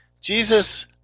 Jesus